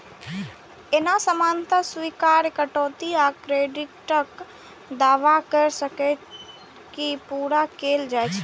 एना सामान्यतः स्वीकार्य कटौती आ क्रेडिटक दावा कैर के पूरा कैल जाइ छै